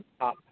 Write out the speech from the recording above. up